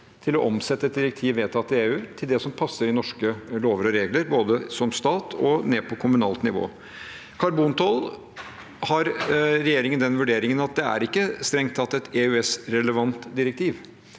for å omsette et direktiv vedtatt i EU til det som passer med norske lover og regler, på både statlig nivå og ned på kommunalt nivå. Når det gjelder karbontoll, har regjeringen den vurderingen at det ikke strengt tatt er et EØS-relevant direktiv.